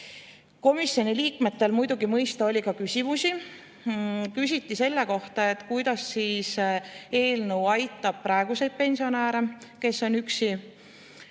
Komisjoni liikmetel oli muidugi mõista ka küsimusi. Küsiti selle kohta, kuidas eelnõu aitab praeguseid pensionäre, kes on